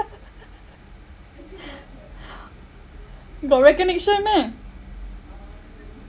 got recognition meh